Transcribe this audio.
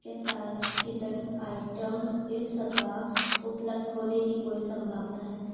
क्या dals kitchen items इस सप्ताह उपलब्ध होने की कोई सम्भावना है